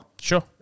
Sure